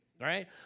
Right